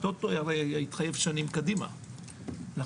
הטוטו הרי התחייב שנים קדימה ולכן